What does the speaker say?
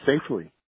safely